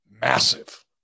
massive